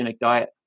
diet